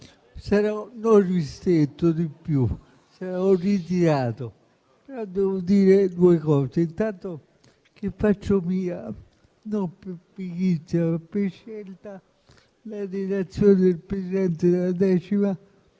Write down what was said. sarò non ristretto, di più: sarò ritirato. Devo dire due cose: intanto faccio mia, non per pigrizia, ma per scelta, la relazione del Presidente della 10a